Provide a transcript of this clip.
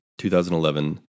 2011